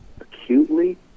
acutely